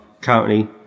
currently